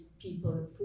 people